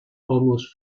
almost